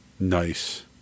Nice